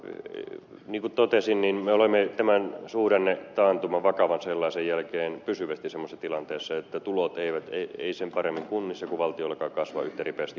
niin kuin totesin niin me olemme tämän suhdannetaantuman vakavan sellaisen jälkeen pysyvästi sellaisessa tilanteessa että tulot eivät sen paremmin kunnissa kuin valtiollakaan kasva yhtä ripeästi kuin mihin olemme tottuneet